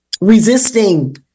resisting